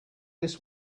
this